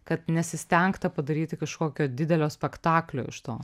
kad nesistengta padaryti kažkokio didelio spektaklio iš to